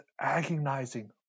agonizing